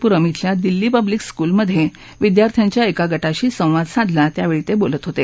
पुस्म इथल्या दिल्ली पब्लिक स्कुलमध्ये विद्यार्थ्यांच्या एका गटाशी संवाद साधला त्यावेळी ते बोलत होते